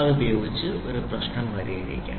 അതുപയോഗിച്ചു ഒരു പ്രെശ്നം പരിഹരിക്കാം